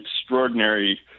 extraordinary